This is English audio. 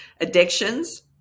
addictions